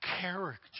character